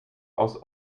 aus